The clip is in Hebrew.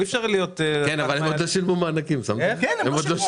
הם עוד לא שילמו מענקים בכלל.